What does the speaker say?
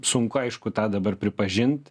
sunku aišku tą dabar pripažint